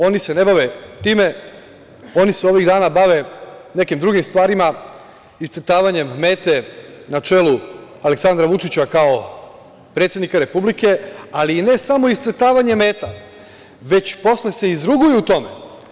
Oni se ne bave time, oni se ovih dana bave nekim drugim stvarima iscrtavanjem mete na čelu Aleksandra Vučića, kao predsednika Republike, ali i ne samo iscrtavanjem meta, već posle se izruguju tome.